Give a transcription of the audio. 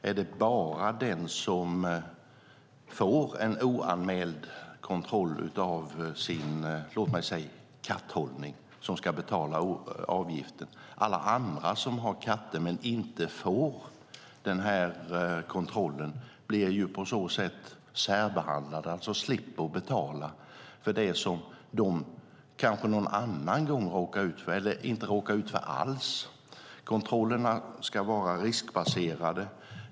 Är det bara den som får en oanmäld kontroll av sin, låt säga, katthållning som ska betala avgiften? Alla andra som har katter men inte får den här kontrollen blir på så sätt särbehandlade. De slipper alltså att betala för det som de kanske någon annan gång råkar ut för eller inte råkar ut för alls. Kontrollerna ska vara riskbaserade.